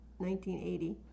1980